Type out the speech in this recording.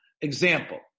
Example